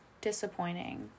disappointing